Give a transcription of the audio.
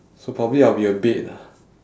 so probably I'll be a bed lah